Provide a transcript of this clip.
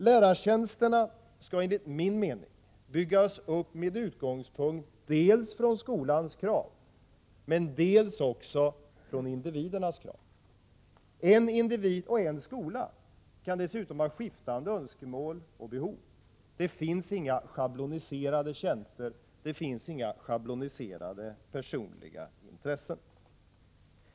Lärartjänsterna skall enligt min mening byggas upp med utgångspunkt dels iskolans krav, dels i individernas krav. Önskemålen och behoven skiftar från skola till skola och från individ till individ. Det finns inga schabloniserade tjänster, och det finns inga schabloniserade personliga intressen.